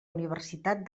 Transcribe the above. universitat